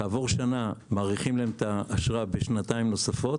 כעבור שנה מאריכים להם את האשרה לשנתיים נוספות